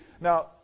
Now